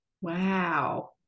Wow